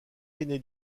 ainé